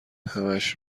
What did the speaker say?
همش